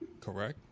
Correct